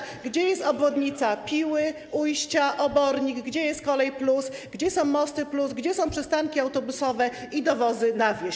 chcę zapytać: Gdzie jest obwodnica Piły, Ujścia, Obornik, gdzie jest „Kolej+”, gdzie są mosty+, gdzie są przystanki autobusowe i dowozy na wieś?